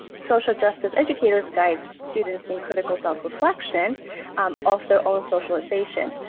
social justice educators guides students in critical self-reflection of their own socialization.